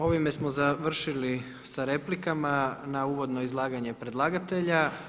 Ovime smo završili sa replikama na uvodno izlaganje predlagatelja.